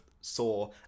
saw